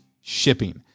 shipping